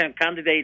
candidate